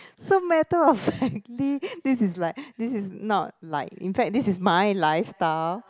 so matter of factly this is like this is not like in fact this is my lifestyle